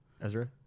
Ezra